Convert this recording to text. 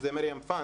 שזה 'מרים פאן',